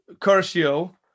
Curcio